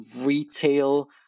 retail